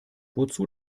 wozu